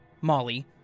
Molly